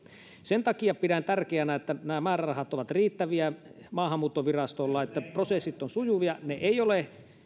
sen takia pidän tärkeänä että nämä määrärahat ovat riittäviä maahanmuuttovirastolla että prosessit ovat sujuvia ne eivät ole